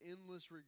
endless